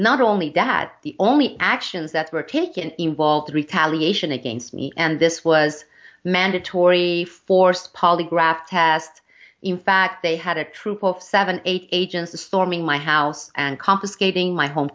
not only that the only actions that were taken involve the retaliation against me and this was mandatory forced polygraph test in fact they had a troop of seven agents to storming my house and confiscating my home